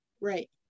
Right